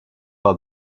par